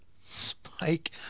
spike